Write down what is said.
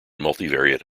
multivariate